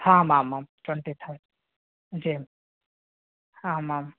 आम् आम् आम् टेण्टि थर्ड् जी आम् आम्